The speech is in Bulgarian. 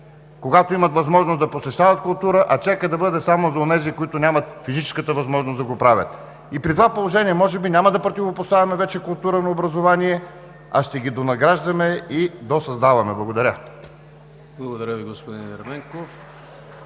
когато имат възможност, да посещават култура, а чекът да бъде само за онези, които нямат физическата възможност да го правят. При това положение може би няма да противопоставяме вече култура на образование, а ще ги донадграждаме и досъздаваме. Благодаря. (Ръкопляскания от